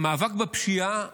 מאבק בפשיעה,